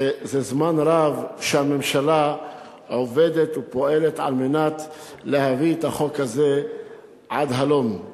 וזה זמן רב הממשלה עובדת ופועלת כדי להביא את החוק הזה עד הלום.